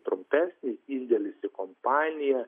trumpesnis indėlis į kompaniją